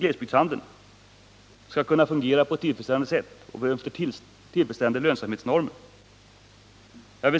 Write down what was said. glesbygdshandeln — skall fungera enligt tillfredsställande lönsamhetsnormer.